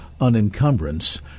unencumbrance